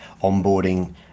onboarding